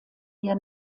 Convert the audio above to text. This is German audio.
hier